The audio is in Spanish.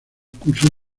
cursos